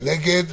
הרוויזיה